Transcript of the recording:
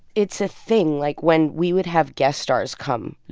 it's a thing. like, when we would have guest stars come,